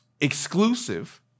exclusive